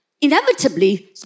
inevitably